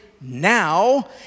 now